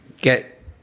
get